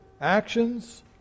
Actions